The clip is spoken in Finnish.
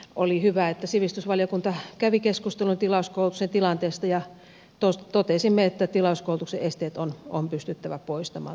oli hyvä että sivistysvaliokunta kävi keskustelun tilauskoulutuksen tilanteesta ja totesimme että tilauskoulutuksen esteet on pystyttävä poistamaan tulevaisuudessa